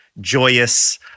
joyous